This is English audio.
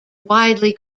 widely